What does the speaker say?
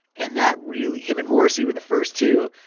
and that really him and morrissey were the first two.